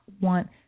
want